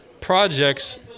projects